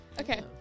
Okay